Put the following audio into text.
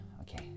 okay